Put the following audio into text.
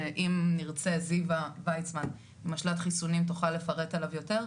שאם נרצה זיוה ויצמן משל"ט חיסונים תוכל לפרט עליו יותר,